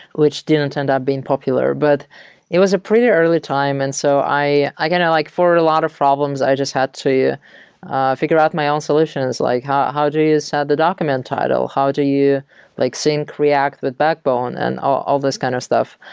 which didn't end up being popular but it was a pretty early time, and so i i kind of like forward a lot of problems. i just had to figure out my own solutions, like how how do you set the document title? how do you like sync react with backbone and all this kind of stuff?